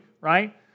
right